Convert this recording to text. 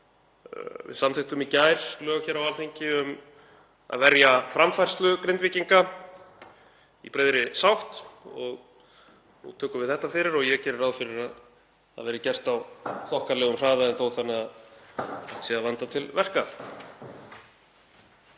Við samþykktum í gær lög hér á Alþingi um að verja framfærslu Grindvíkinga í breiðri sátt. Nú tökum við þetta fyrir og ég geri ráð fyrir að það verði gert á þokkalegum hraða en þó þannig að hægt sé að vanda til verka.